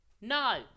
No